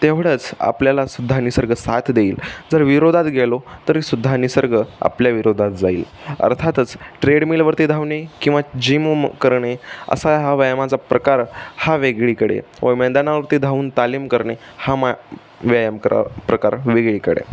तेवढंच आपल्याला सुद्धा निसर्ग साथ देईल जर विरोधात गेलो तरी सुद्धा निसर्ग आपल्या विरोधात जाईल अर्थातच ट्रेडमिलवरती धावणे किंवा जिम करणे असा हा व्यायामाचा प्रकार हा वेगळीकडे व मैदानावरती धावून तालीम करणे हा मा व्यायाम करा प्रकार वेगळीकडे